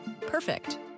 Perfect